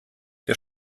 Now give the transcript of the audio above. der